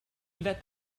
let